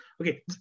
Okay